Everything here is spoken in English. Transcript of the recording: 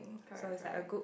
correct correct